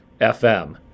FM